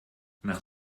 nach